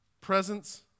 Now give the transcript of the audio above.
Presence